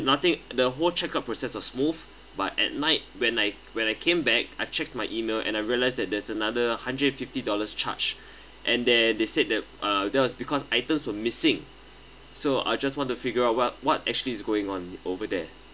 nothing the whole checkout process was smooth but at night when I when I came back I checked my email and I realized that there's another hundred fifty dollars charge and then they said that uh thus because items were missing so I just want to figure out what what actually is going on over there